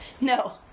No